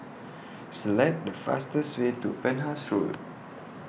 Select The fastest Way to Penhas Road